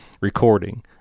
recording